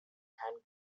hand